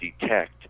detect